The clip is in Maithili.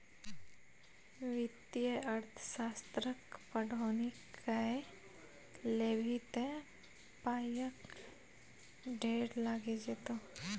वित्तीय अर्थशास्त्रक पढ़ौनी कए लेभी त पायक ढेर लागि जेतौ